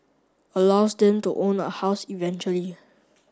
allows them to own a house eventually